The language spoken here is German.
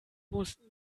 mussten